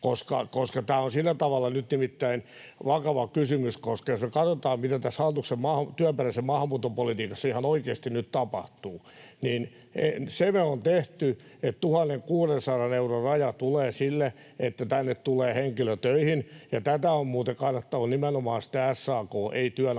nimittäin sillä tavalla nyt vakava kysymys, että jos me katsotaan, mitä tässä hallituksen työperäisen maahanmuuton politiikassa ihan oikeasti nyt tapahtuu, niin se on tehty, että 1 600 euron raja tulee sille, että tänne tulee henkilö töihin, ja tätä on muuten kannattanut nimenomaan sitten SAK, ei työnantajapuoli